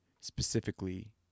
Specifically